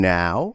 now